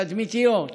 תדמיתיות,